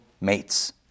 Mates